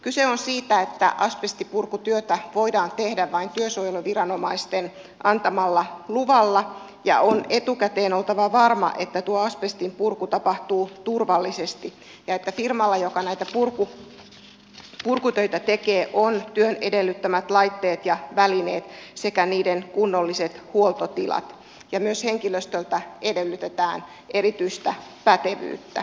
kyse on siitä että asbestipurkutyötä voidaan tehdä vain työsuojeluviranomaisten antamalla luvalla ja on etukäteen oltava varma että tuo asbestin purku tapahtuu turvallisesti ja että firmalla joka näitä purkutöitä tekee on työn edellyttämät laitteet ja välineet sekä niiden kunnolliset huoltotilat ja myös henkilöstöltä edellytetään erityistä pätevyyttä